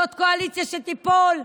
זאת קואליציה שתיפול,